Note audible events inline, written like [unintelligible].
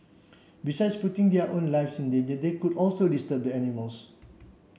besides putting their own lives in [unintelligible] they could also disturb the animals